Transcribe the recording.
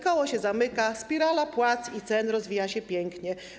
Koło się zamyka, spirala płac i cen rozwija się pięknie.